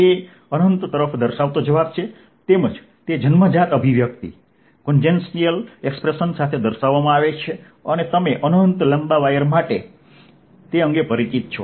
તે અનંત તરફ દર્શાવતો જવાબ છે તેમજ તે જન્મજાત અભિવ્યક્તિ સાથે દર્શાવવામાં આવે છે અને તમે અનંત લાંબા વાયર માટે પરિચિત છો